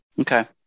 Okay